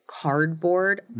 cardboard